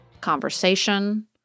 conversation